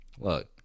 Look